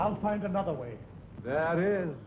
i'll find another way that is